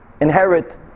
inherit